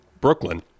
Brooklyn